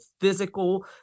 physical